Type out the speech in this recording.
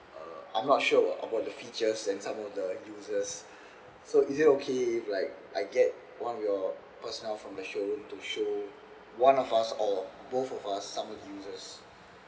uh I'm not sure about about the features and some of the uses so is it okay if like I get one of your personnel from the showroom to show one of us or both of us some of the uses